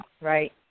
right